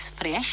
fresh